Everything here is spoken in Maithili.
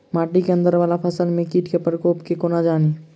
माटि केँ अंदर वला फसल मे कीट केँ प्रकोप केँ कोना जानि?